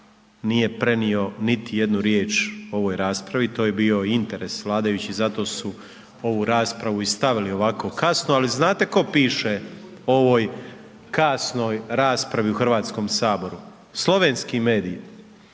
nije prenio niti jednu riječ o ovoj raspravi to je bio i interes vladajućih zato su ovu raspravu i stavili ovako kasno, ali znate tko piše o ovoj kasnoj raspravi u Hrvatskom saboru, slovenski mediji.